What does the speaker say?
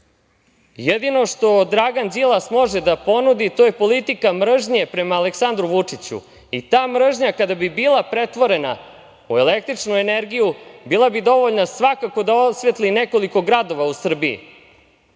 Jedino što Dragan Đilas može da ponudi to je politika mržnje prema Aleksandru Vučiću i ta mržnja kada bi bila pretvorena u električnu energiju, bila bi dovoljna svakako da osvetli nekoliko gradova u Srbiji. Danas